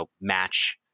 match